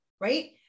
right